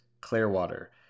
Clearwater